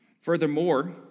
Furthermore